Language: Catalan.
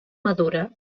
madura